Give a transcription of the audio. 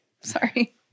sorry